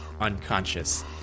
unconscious